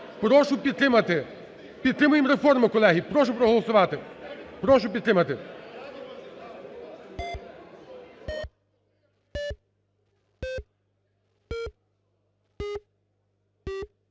Прошу підтримати. Підтримуємо реформу, колеги! Прошу проголосувати, прошу підтримати.